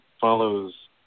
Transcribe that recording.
follows